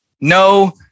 No